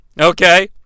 okay